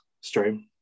stream